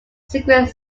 secret